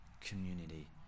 community